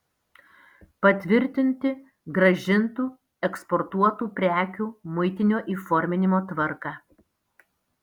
patvirtinti grąžintų eksportuotų prekių muitinio įforminimo tvarką